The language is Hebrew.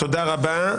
תודה רבה.